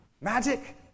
Magic